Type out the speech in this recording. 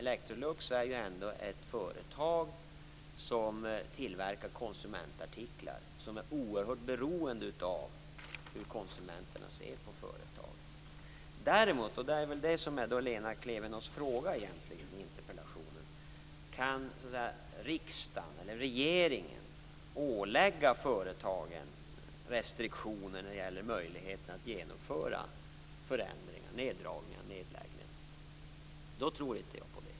Electrolux är ju ändå ett företag som tillverkar konsumentartiklar och som därmed är oerhört beroende av hur konsumenterna ser på företaget. Det som väl egentligen är Lena Klevenås fråga i interpellationen är om riksdagen eller regeringen kan ålägga företagen restriktioner när det gäller möjligheten att genomföra neddragningar eller nedläggningar.